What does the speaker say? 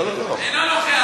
אינו נוכח.